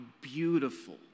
beautiful